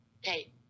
Hey